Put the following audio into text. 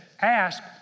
ask